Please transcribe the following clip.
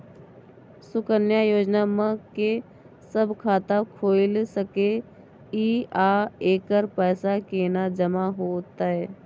सुकन्या योजना म के सब खाता खोइल सके इ आ एकर पैसा केना जमा होतै?